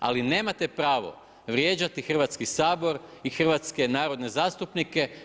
Ali nemate pravo vrijeđati Hrvatski sabor i Hrvatske narodne zastupnike.